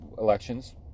elections